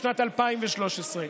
בשנת 2013?